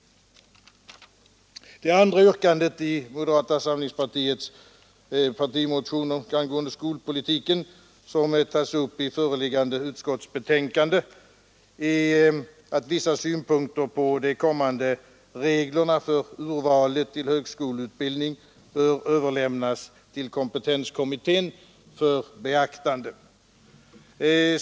Det andra yrkandet i moderata samlingspartiets motion angående skolpolitiken som tas upp i föreliggande utskottsbetänkande är att vissa synpunkter på de kommande reglerna för urvalet till högskoleutbildning bör överlämnas till kompetenskommittén för beaktande.